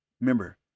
remember